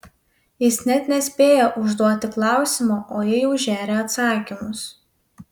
jis net nespėja užduoti klausimo o ji jau žeria atsakymus